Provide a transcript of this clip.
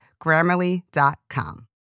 Grammarly.com